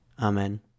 amen